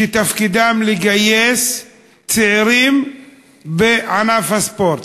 כדי לגייס צעירים לענף הספורט.